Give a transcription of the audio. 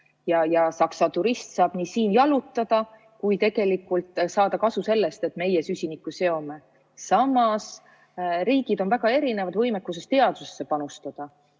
ja Saksa turist saab nii siin jalutada kui ka tegelikult saada kasu sellest, et meie süsinikku seome. Samas riigid on väga erinevad võimekuses teadusesse panustada.